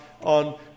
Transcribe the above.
on